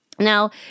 Now